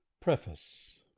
Preface